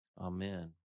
amen